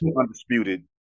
undisputed